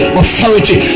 authority